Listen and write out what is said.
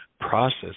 process